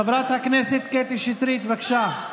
חברת הכנסת קטי שטרית, בבקשה.